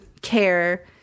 care